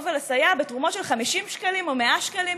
ולסייע בתרומות של 50 שקלים או 100 שקלים,